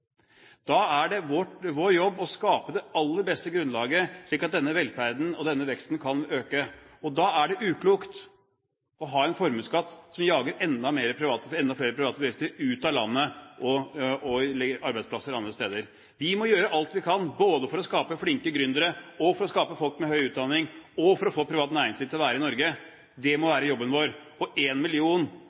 det aller beste grunnlaget slik at denne velferden og denne veksten kan øke. Da er det uklokt å ha en formuesskatt som jager enda flere private bedrifter ut av landet og legger arbeidsplasser andre steder. Vi må gjøre alt vi kan for å skape flinke gründere, for å få folk med høy utdanning og for å få privat næringsliv til å være i Norge. Det må være jobben vår, og én million